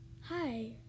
Hi